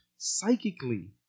psychically